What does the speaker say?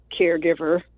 caregiver